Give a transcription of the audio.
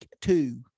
two